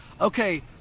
okay